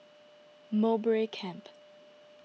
Mowbray Camp